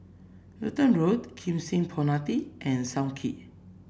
Lutheran Road Kim Seng Promenade and Sam Kee